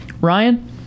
Ryan